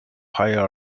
higher